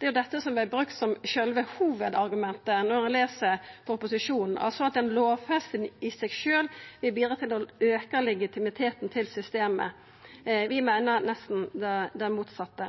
Det er dette som er brukt som sjølve hovudargumentet når ein les proposisjonen, altså at ei lovfesting i seg sjølv vil bidra til å auka legitimiteten til systemet. Vi meiner nesten det motsette.